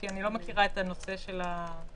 כי אני לא מכירה את הנושא של ה --- בסדר.